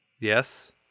Yes